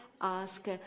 ask